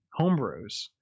homebrews